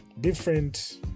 different